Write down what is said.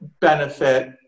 benefit